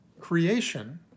Creation